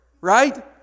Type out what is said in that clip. right